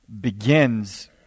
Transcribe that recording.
begins